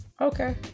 Okay